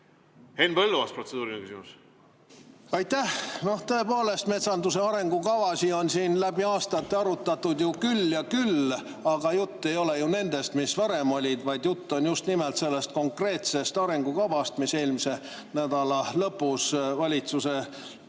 Henn Põlluaas, protseduuriline küsimus. Aitäh! Tõepoolest, metsanduse arengukavasid on siin läbi aastate arutatud ju küll ja küll. Aga jutt ei ole ju nendest, mis varem olid, vaid jutt on just nimelt sellest konkreetsest arengukavast, mille valitsus eelmise nädala lõpus Riigikogule